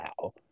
now